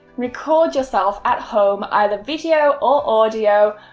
record yourself at home either video or audio,